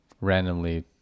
randomly